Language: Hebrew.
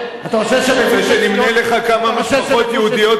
אתה רוצה שאני אמנה לך כמה משפחות יהודיות